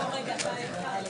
אז הכול יתנהל לפי הכללים,